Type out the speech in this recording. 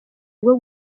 bwo